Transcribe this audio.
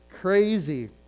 crazy